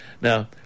now